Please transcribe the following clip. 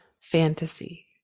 fantasy